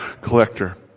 collector